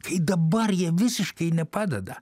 kai dabar jie visiškai nepadeda